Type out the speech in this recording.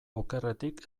okerretik